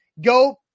go